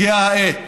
הגיעה העת